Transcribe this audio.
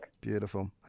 Beautiful